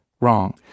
Wrong